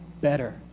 better